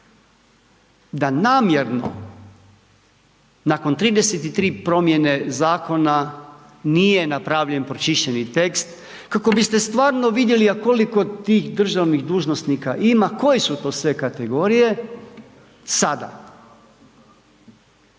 da namjerno nakon 33 promjene zakona nije napravljen pročišćeni tekst kako biste stvarno vidjeli a koliko tih državnih dužnosnika ima, koje su to sve kategorije, sada.